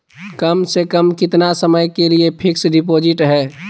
कम से कम कितना समय के लिए फिक्स डिपोजिट है?